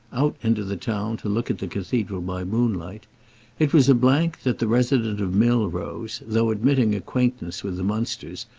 out into the town to look at the cathedral by moonlight it was a blank that the resident of milrose, though admitting acquaintance with the munsters,